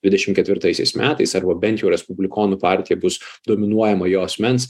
dvidešim ketvirtaisiais metais arba bent jau respublikonų partija bus dominuojama jo asmens